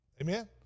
Amen